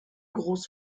groß